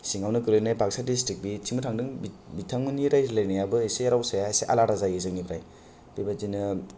सिङावनो गोलैनाय बाक्सा दिसट्रिक बिथिंबो थांदों बिथ बिथ बिथांमोननि रायज्लायनायाबो एसे रावसाया एसे आलादा जायो जोंनिफ्राय बेबायदिनो